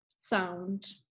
Sound